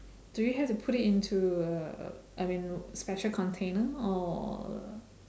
do you have to put it into a a I mean special container or